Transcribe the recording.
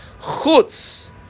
chutz